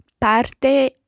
parte